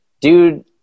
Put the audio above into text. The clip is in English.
Dude